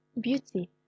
Beauty